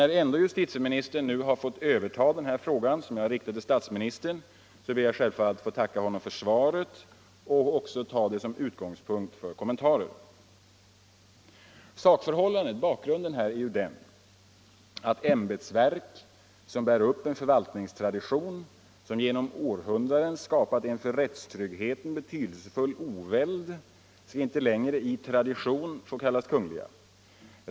När nu ändå justitieministern fått överta denna fråga som jag riktade till statsministern, vill jag självfallet tacka honom för svaret och ta det som utgångspunkt för kommentarer. Nr 76 Ämbetsverk som bär upp en förvaltningstradition som genom århund Onsdagen den raden skapat en för rättstryggheten betydelsefull oväld skall inte längre 7 maj 1975 i tradition få kallas ”kungliga”.